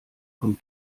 vom